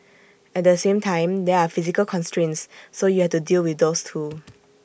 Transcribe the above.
at the same time there are physical constraints so you have to deal with those too